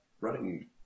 running